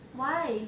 why